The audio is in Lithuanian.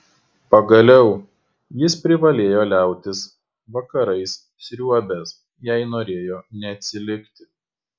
pagaliau jis privalėjo liautis vakarais sriuobęs jei norėjo neatsilikti